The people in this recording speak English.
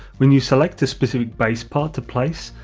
when you select a specific base part to place,